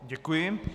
Děkuji.